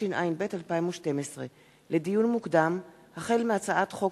התשע”ב 2012. לדיון מוקדם: החל בהצעת חוק